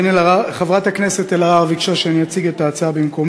אתה רוצה מדע?